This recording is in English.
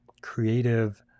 creative